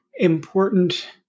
important